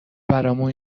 برامون